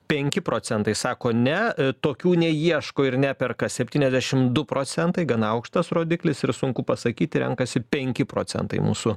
penki procentai sako ne tokių neieško ir neperka septyniasdešimt du procentai gana aukštas rodiklis ir sunku pasakyti renkasi penki procentai mūsų